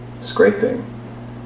scraping